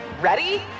Ready